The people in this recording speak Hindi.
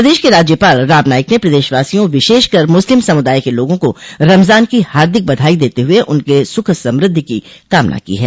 प्रदेश के राज्यपाल रामनाईक ने प्रदेशवासियों विशेषकर मुस्लिम समुदाय के लोगों को रमजान की हार्दिक बधाई देते हुए उनके सुख समृद्धि की कामना की है